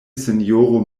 sinjoro